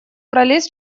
пролез